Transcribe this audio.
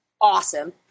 Awesome